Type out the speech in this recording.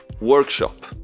workshop